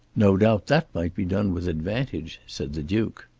no doubt that might be done with advantage, said the duke.